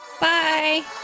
Bye